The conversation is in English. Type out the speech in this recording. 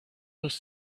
was